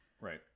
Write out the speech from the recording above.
Right